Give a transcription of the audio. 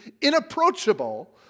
inapproachable